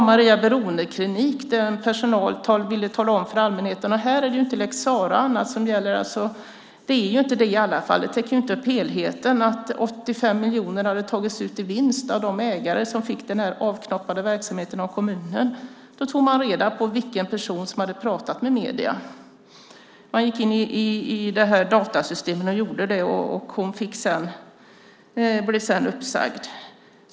På Maria beroendeklinik ville en i personalen tala om för allmänheten att 85 miljoner hade tagits ut i vinst av de ägare som fick den här avknoppade verksamheten av kommunen. Här är det inte lex Sarah och annat som gäller. Det är inte det i alla fall. Det täcker inte helheten. Där tog man reda på vilken person som hade pratat med medierna. Man gick in i det här datasystemet och gjorde det. Hon blev sedan uppsagd.